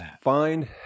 find